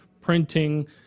printing